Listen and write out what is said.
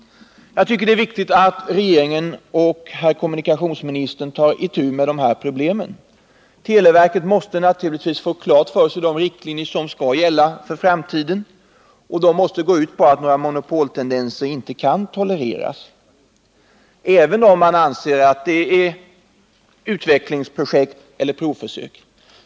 Jag tycker det är viktigt att regeringen och herr kommunikationsministern tar itu med dessa problem. Televerket måste naturligtvis få klart för sig de riktlinjer som skall gälla för framtiden. Dessa måste gå ut på att några monopoltendenser inte kan tolereras, även om televerket anser att det bara gäller utvecklingsprojekt eller provförsök.